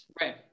right